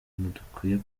dukwiye